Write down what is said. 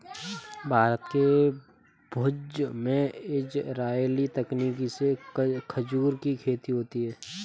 भारत के भुज में इजराइली तकनीक से खजूर की खेती होती है